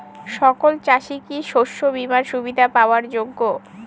সকল চাষি কি শস্য বিমার সুবিধা পাওয়ার যোগ্য?